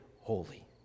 holy